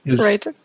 Right